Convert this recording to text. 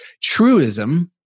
truism